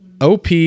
OP